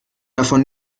davon